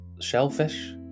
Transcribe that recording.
shellfish